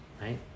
right